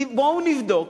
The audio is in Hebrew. בואו נבדוק